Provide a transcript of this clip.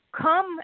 come